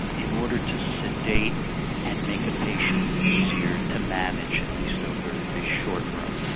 in order to sedate and make a patient easier to manage, at least over the short run.